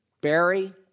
Barry